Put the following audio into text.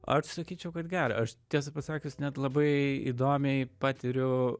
aš sakyčiau kad gera aš tiesą pasakius net labai įdomiai patiriu